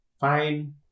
Fine